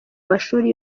mashuli